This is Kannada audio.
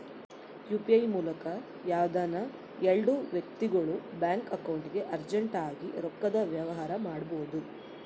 ಯು.ಪಿ.ಐ ಮೂಲಕ ಯಾವ್ದನ ಎಲ್ಡು ವ್ಯಕ್ತಿಗುಳು ಬ್ಯಾಂಕ್ ಅಕೌಂಟ್ಗೆ ಅರ್ಜೆಂಟ್ ಆಗಿ ರೊಕ್ಕದ ವ್ಯವಹಾರ ಮಾಡ್ಬೋದು